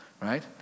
right